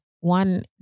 one